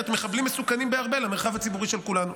מחבלים מסוכנים בהרבה למרחב הציבורי של כולנו.